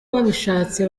babishatse